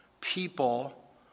people